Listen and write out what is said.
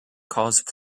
cause